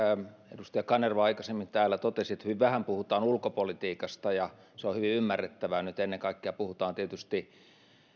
edustaja kanerva aikaisemmin täällä totesi että hyvin vähän puhutaan ulkopolitiikasta ja se on hyvin ymmärrettävää kun nyt ennen kaikkea puhutaan tietysti